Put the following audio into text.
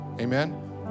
Amen